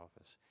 office